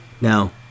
Now